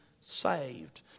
saved